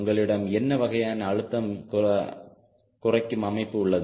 உங்களிடம் என்ன வகையான அழுத்தம் குறைக்கும் அமைப்பு உள்ளது